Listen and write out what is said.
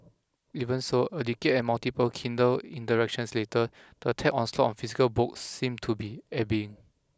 even so a decade and multiple Kindle interactions later the tech onslaught on physical books seem to be ebbing